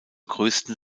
größten